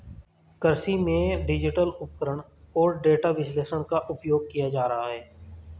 कृषि में डिजिटल उपकरण और डेटा विश्लेषण का उपयोग किया जा रहा है